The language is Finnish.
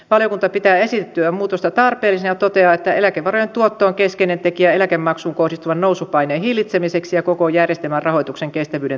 valiokunta pitää esitettyä muutosta tarpeellisena ja toteaa että eläkevarojen tuotto on keskeinen tekijä eläkemaksuun kohdistuvan nousupaineen hillitsemiseksi ja koko järjestelmän rahoituksen kestävyyden turvaamiseksi